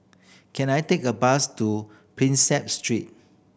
can I take a bus to Prinsep Street